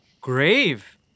Grave